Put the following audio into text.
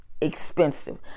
Expensive